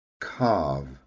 carve